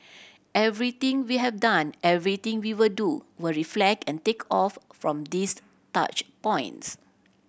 everything we have done everything we will do will reflect and take off from these touch points